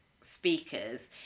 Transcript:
speakers